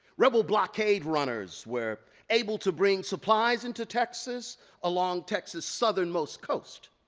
rebel blockade runners were able to bring supplies into texas along texas' southernmost coast.